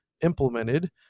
implemented